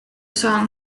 song